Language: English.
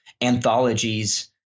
anthologies